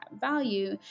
value